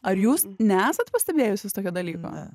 ar jūs nesat pastebėjusios tokio dalyko